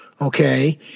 Okay